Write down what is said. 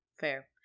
fair